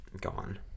gone